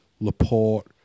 Laporte